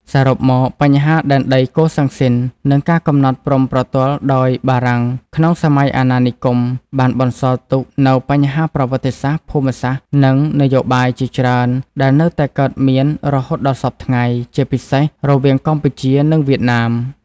សរុបមក បញ្ហាដែនដីកូសាំងស៊ីន និងការកំណត់ព្រំប្រទល់ដោយបារាំងក្នុងសម័យអាណានិគម បានបន្សល់ទុកនូវបញ្ហាប្រវត្តិសាស្ត្រ ភូមិសាស្ត្រ និងនយោបាយជាច្រើន ដែលនៅតែកើតមានរហូតដល់សព្វថ្ងៃ ជាពិសេសរវាងកម្ពុជា និងវៀតណាម។